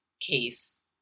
case